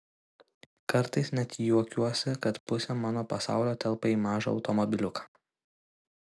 kartais net juokiuosi kad pusė mano pasaulio telpa į mažą automobiliuką